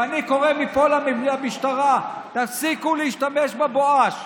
ואני קורא מפה למשטרה: תפסיקו להשתמש בבואש.